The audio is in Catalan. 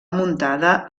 muntada